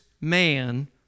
man